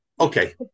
Okay